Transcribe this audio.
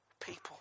people